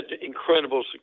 incredible